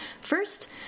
First